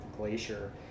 glacier